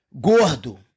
Gordo